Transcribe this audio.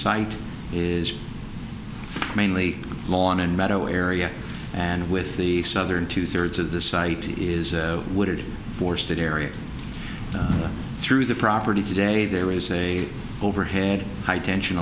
site is mainly lawn and meadow area and with the southern two thirds of the site is wooded forced to area through the property today there is a overhead high tension